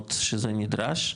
במקומות שזה נדרש,